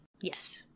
Yes